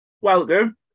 welcome